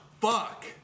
Fuck